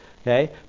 Okay